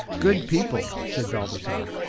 good people, said balthasar,